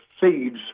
seeds